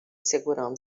segurando